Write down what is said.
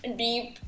deep